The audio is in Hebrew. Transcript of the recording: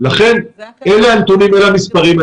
לכן אלה הנתונים ואלה המספרים.